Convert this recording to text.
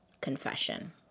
confession